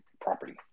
property